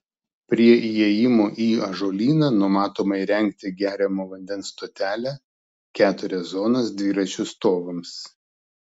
prie įėjimo į ažuolyną numatoma įrengti geriamo vandens stotelę keturias zonas dviračių stovams